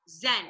zen